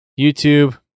YouTube